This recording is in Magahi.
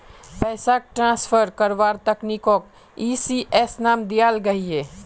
पैसाक ट्रान्सफर कारवार तकनीकोक ई.सी.एस नाम दियाल गहिये